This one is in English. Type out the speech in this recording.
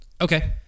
Okay